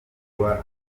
kuba